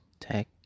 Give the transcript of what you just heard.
tech